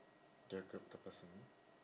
the person